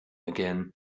again